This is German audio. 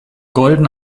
golden